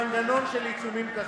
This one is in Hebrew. מנגנון של עיצומים כספיים.